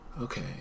okay